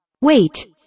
Wait